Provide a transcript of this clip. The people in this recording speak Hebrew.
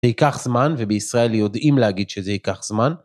זה ייקח זמן ובישראל יודעים להגיד שזה ייקח זמן.